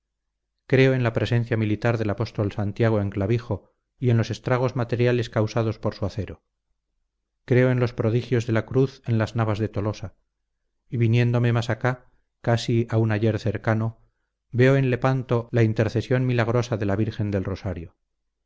creo en la presencia militar del apóstol santiago en clavijo y en los estragos materiales causados por su acero creo en los prodigios de la cruz en las navas de tolosa y viniéndome más acá casi a un ayer cercano veo en lepanto la intercesión milagrosa de la virgen del rosario